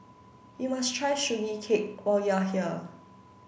you must try Sugee Cake when you are here